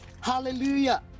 hallelujah